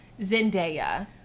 Zendaya